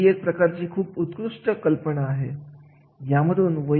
एखाद्या संस्थेमध्ये किती पातळीमध्ये कामाची रचना केलेली आहे